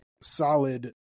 solid